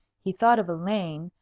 he thought of elaine,